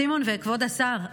סימון וכבוד השר,